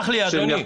סלח לי, אדוני.